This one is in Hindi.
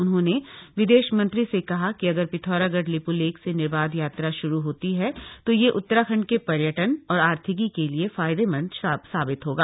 उन्होंने विदेश मंत्री से कहा कि अगर पिथौरागढ़ लिप्लेख से निर्बाध यात्रा श्रू होती है तो यह उत्तराखंड के पर्यटन और आर्थिकी के लिए फायदेमंद साबित होगा